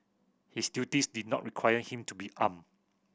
his duties did not require him to be arm